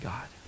God